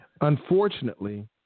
Unfortunately